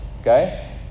okay